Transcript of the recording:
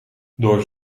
door